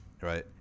Right